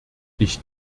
ich